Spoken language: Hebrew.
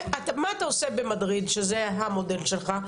מה אתה עושה במדריד שזה המודל שלך?